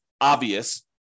obvious